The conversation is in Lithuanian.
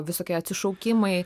visokie atsišaukimai